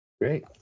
great